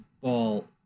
ball